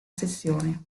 sessione